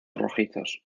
rojizos